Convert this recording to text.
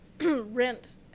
rent